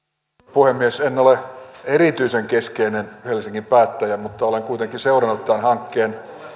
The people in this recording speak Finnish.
puhemies en ole erityisen keskeinen helsingin päättäjä mutta olen kuitenkin seurannut tämän hankkeen